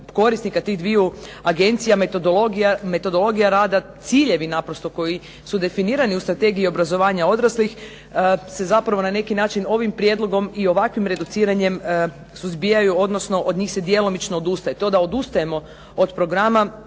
korisnika tih dviju agencija, metodologija rada, ciljevi naprosto koji su definirani u strategiji obrazovanja odraslih se zapravo na neki način ovim prijedlogom i ovakvim reduciranjem suzbijaju, odnosno od njih se djelomično odustaje. To da odustajemo od programa,